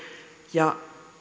ja